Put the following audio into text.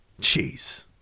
Jeez